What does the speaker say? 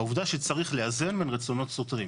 העובדה שצריך לאזן בין רצונות סותרים.